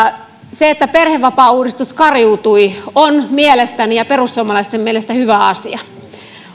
se että perhevapaauudistus kariutui on mielestäni ja perussuomalaisten mielestä hyvä asia